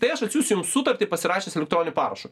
tai aš atsiųsiu jums sutartį pasirašęs elektroniniu parašu